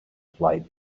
flight